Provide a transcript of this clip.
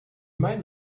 meinen